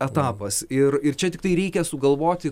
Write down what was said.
etapas ir ir čia tiktai reikia sugalvoti